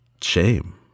shame